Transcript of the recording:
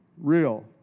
real